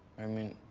i mean,